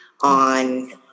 on